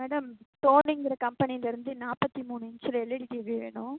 madam சோனிங்கிற கம்பெனியிலருந்து நாற்பத்தி மூணு இன்ச்சில் எல்இடி டிவி வேணும்